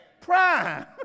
Prime